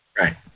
Right